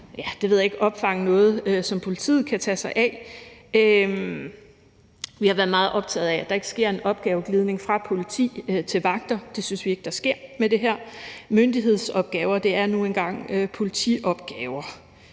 som måske kan opfange noget, som politiet kan tage sig af. Vi har været meget optaget af, at der ikke sker en opgaveglidning fra politi til vagter. Det synes vi ikke der sker med det her. Myndighedsopgaver er nu engang politiopgaver.